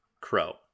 Crow